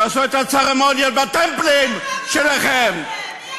תעשו את הצרמוניה בטמפלים שלכן.